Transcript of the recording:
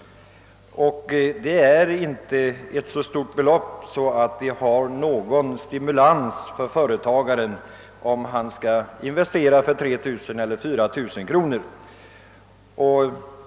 Det är alltså inte fråga om så stora belopp att det ger någon stimulans till företagaren när det gäller att investera för 3 000 eller 4000 kronor.